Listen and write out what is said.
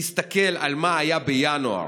תסתכל על מה שהיה בינואר